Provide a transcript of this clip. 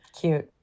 Cute